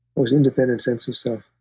most independent sense of self.